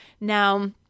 Now